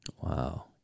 Wow